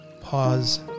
pause